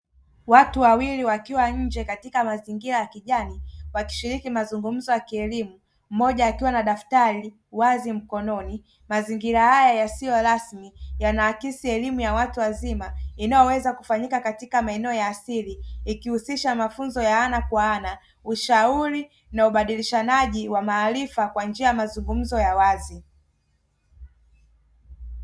Watu wawili wakiwa nje katika mazingira ya kijani, wakishiriki mazungumzo ya kielimu, mmoja akiwa na daftari wazi mkononi; mazingira haya yasiyo rasmi yanaakisi elimu ya watu wazima inayoweza kufanyika katika maeneo ya asili, ikihusisha mafunzo ya ana kwa ana, ushauri, na ubadilishanaji wa maarifa kwa njia ya mazungumzo ya wazi.